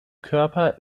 körper